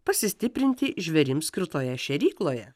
pasistiprinti žvėrims skirtoje šėrykloje